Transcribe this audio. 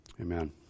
Amen